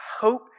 hope